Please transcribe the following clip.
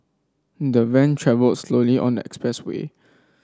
the van travelled slowly on the expressway